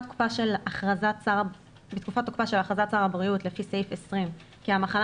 תוקפה של הכרזת שר הבריאות לפי סעיף 20 כי המחלה